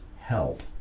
help